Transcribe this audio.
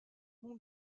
mon